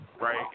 right